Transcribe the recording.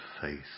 faith